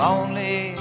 Lonely